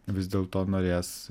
vis dėl to norės